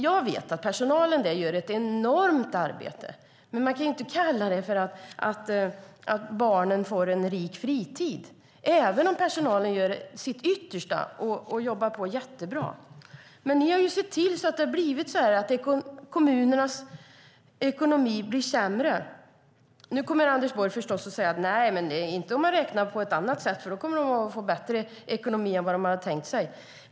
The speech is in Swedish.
Jag vet att personalen gör ett enormt arbete, men man kan inte kalla det för att barnen får en rik fritid även om personalen gör sitt yttersta och jobbar på. Ni har sett till att kommunernas ekonomi har blivit sämre. Nu kommer Anders Borg förstås att säga att det inte blir så om man räknar på ett annat sätt. Då har de fått bättre ekonomi än vad de hade tänkt sig.